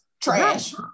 Trash